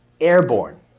airborne